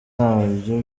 nabyo